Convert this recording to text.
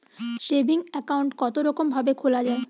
Saving account কতরকম ভাবে খোলা য়ায়?